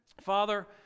Father